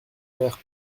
air